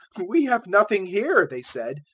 we have nothing here, they said,